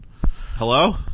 Hello